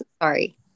Sorry